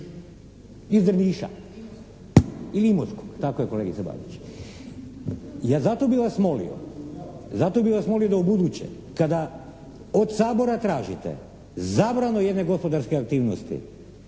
iz Drniša ili Imotskog, tako je kolegice Babić. Ja zato bi vas molio, zato bi vas molio da ubuduće kada od Sabora tražite zabranu jedne gospodarske aktivnosti